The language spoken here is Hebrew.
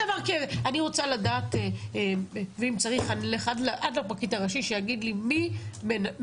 אני רוצה לדעת ואם צריך אני אלך עד הפרקליט הראשי כדי שיגיד לי מי מטפל,